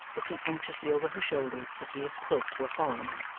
looking anxiously over her shoulder to see if quilp were following.